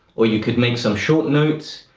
or you could make some short notes,